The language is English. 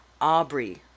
Aubrey